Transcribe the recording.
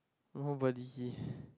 nobody